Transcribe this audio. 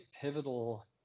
pivotal